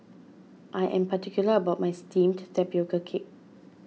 I am particular about my Steamed Tapioca Cake